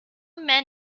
men